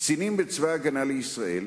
קצינים בצבא-הגנה לישראל